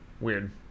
weird